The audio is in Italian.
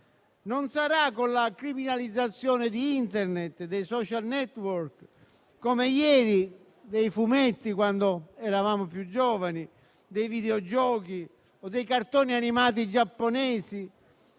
Non sarà con la criminalizzazione di Internet, dei *social network* - come avvenuto ieri con i fumetti, quando eravamo più giovani - dei videogiochi o dei cartoni animati giapponesi